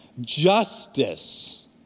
justice